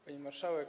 Pani Marszałek!